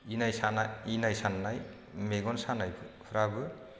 इनाय साना इनाय साननाय मेगन सानायफ्राबो